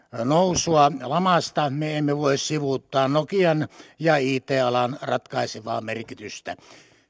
nousua lamasta me emme voi sivuuttaa nokian ja it alan ratkaisevaa merkitystä